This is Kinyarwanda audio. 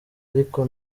ariko